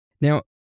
Now